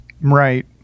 Right